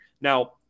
Now